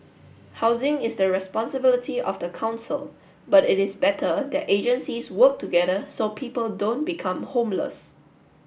housing is the responsibility of the council but it is better that agencies work together so people don't become homeless